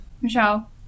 Michelle